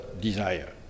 desire